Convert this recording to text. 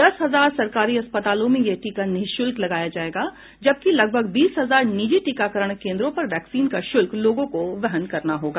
दस हजार सरकारी अस्पतालों में यह टीका निःशुल्क लगाया जाएगा जबकि लगभग बीस हजार निजी टीकाकरण केन्द्रों पर वैक्सीन का शुल्क लोगों को वहन करना होगा